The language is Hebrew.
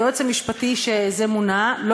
היועץ המשפטי שזה עתה מונה,